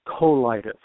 colitis